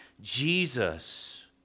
Jesus